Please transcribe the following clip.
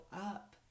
up